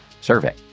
survey